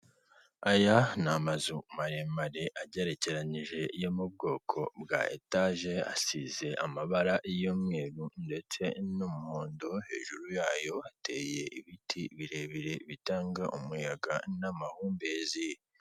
Aya ni amazu maremare agerekeranije yo mu bwoko bwa etage, asize amabara y'umweru ndetse n'umuhondo, hejuru yayo hateye ibiti birebire bitanga umuyaga n'amahumbezi.